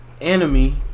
enemy